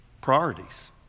Priorities